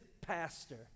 pastor